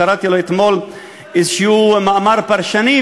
קראתי אתמול איזה מאמר פרשני,